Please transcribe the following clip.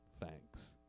thanks